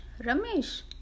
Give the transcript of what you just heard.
Ramesh